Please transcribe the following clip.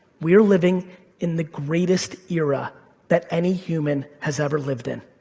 we're living in the greatest era that any human has ever lived in.